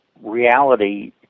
reality